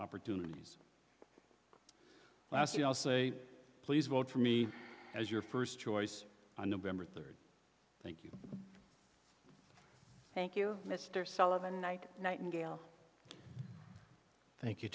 opportunities last year i'll say please vote for me as your first choice on november third thank you thank you mr sullivan night nightingale thank you